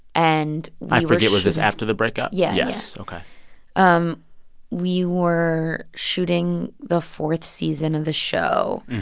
and. i forget was this after the breakup? yeah yes ok um we were shooting the fourth season of the show.